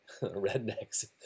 rednecks